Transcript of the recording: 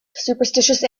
superstitious